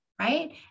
Right